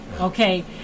okay